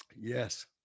Yes